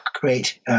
great